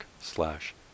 slash